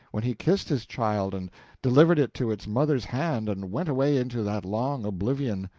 when he kissed his child and delivered it to its mother's hands and went away into that long oblivion.